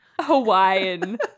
Hawaiian